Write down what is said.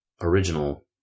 original